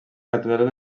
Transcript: catedral